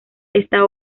esta